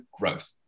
growth